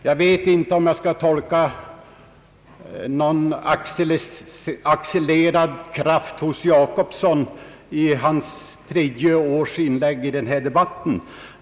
Jag vet inte om man kan intolka någon accelererad kraft hos herr Gösta Jacobsson i hans aktuella inlägg det tredje året av denna debatt.